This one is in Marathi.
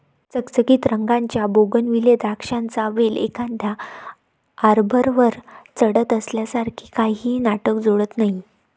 चकचकीत रंगाच्या बोगनविले द्राक्षांचा वेल एखाद्या आर्बरवर चढत असल्यासारखे काहीही नाटक जोडत नाही